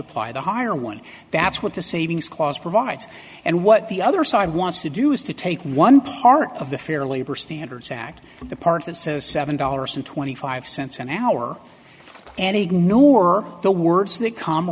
apply the higher one that's what the savings clause provides and what the other side wants to do is to take one part of the fair labor standards act the part that says seven dollars and twenty five cents an hour and ignore the words the com